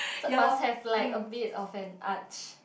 must have like a bit of an arch